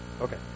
okay